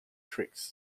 tricks